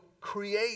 create